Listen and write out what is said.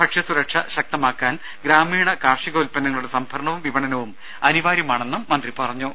ഭക്ഷ്യ സുരക്ഷ ശക്തമാക്കുവാൻ ഗ്രാമീണ കാർഷിക ഉൽപ്പന്നങ്ങളുടെ സംഭരണവും വിപണനവും അനിവാര്യമാണെന്നും അദ്ദേഹം പറഞ്ഞു